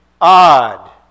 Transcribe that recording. odd